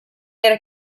era